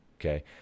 okay